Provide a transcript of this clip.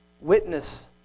witness